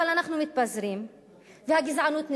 אבל אנחנו מתפזרים והגזענות נשארת.